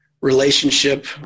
relationship